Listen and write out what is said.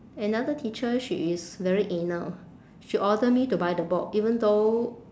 another teacher she is very anal she order me to buy the book even though